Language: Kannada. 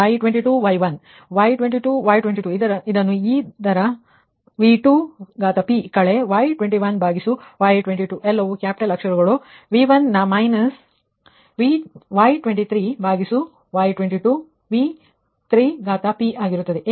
Y1 Y22Y22 Y1 Y22Y22 ಇದನ್ನು 1 ದರ ಗಾಥ V2Pಕಳೆ Y21Y22ಎಲ್ಲವೂ ಕ್ಯಾಪಿಟಲ್ ಅಕ್ಷರಗಳುV1 ನ ಮೈನಸ್ Y23Y22 V3p ಆಗಿರುತ್ತದೆ